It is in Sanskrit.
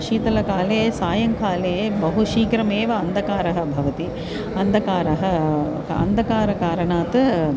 शीतलकाले सायङ्काले बहु शीघ्रमेव अन्धकारः भवति अन्धकारः अन्धकारकारणात्